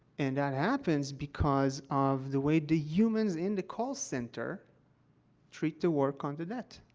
and that happens because of the way the humans in the call center treat the work on the debt.